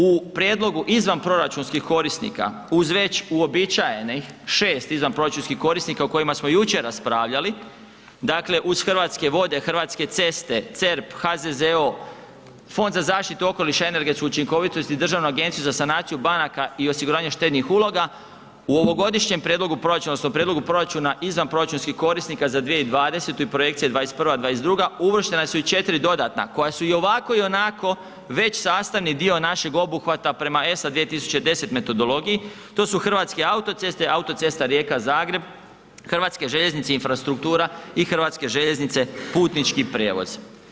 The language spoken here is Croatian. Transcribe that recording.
U prijedlogu izvanproračunskih korisnika, uz već uobičajenih 6 izvanproračunskih korisnika o kojima smo jučer raspravljali, dakle uz Hrvatske vode, Hrvatske ceste, CERP, HZZO, Fond za zaštitu okoliša i energetsku učinkovitost i Državnu agenciju za sanaciju banaka i osiguranje štednih uloga, u ovogodišnjem prijedlogu proračuna odnosno prijedlogu proračuna izvanproračunskih korisnika za 2020. i projekcija 2021., 2022., uvrštena su i 4 dodatna koja su i ovako i onako već sastavni dio našeg obuhvata prema ESA 2010 metodologiji, to su Hrvatske autoceste, Autocesta Rijeka-Zagreb, HŽ Infrastruktura i HŽ Putnički prijevoz.